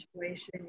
situation